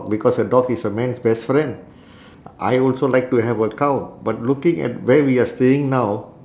because a dog is a man's best friend I also like to have a cow but looking at where we are staying now